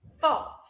False